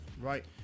Right